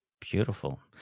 beautiful